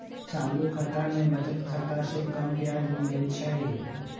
चालू खता में बचत खता से कम ब्याज मिलइ छइ